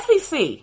SEC